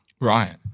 Right